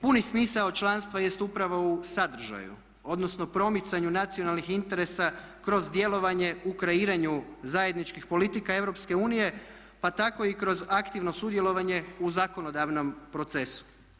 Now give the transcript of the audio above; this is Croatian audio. Puni smisao članstva jest upravo u sadržaju odnosno promicanju nacionalnih interesa kroz djelovanje u kreiranju zajedničkih politika Europske unije pa tako i kroz aktivno sudjelovanje u zakonodavnom procesu.